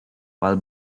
while